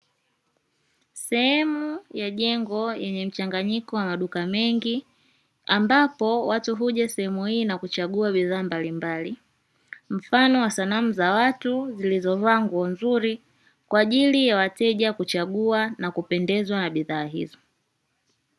Sehemu ya jengo yenye mchanganyiko wa maduka mengi ambapo watu huja sehemu hii na kuchagua bidhaa mbalimbali. Mfano wa sanamu za watu zilizovaa nguo nzuri kwa ajili ya wateja kuchagua na kupendezwa na bidhaa hizo.